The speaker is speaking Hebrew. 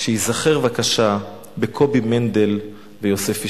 שייזכר בבקשה בקובי מנדל ויוסף אישרן.